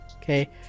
okay